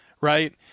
right